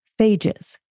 phages